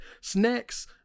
snacks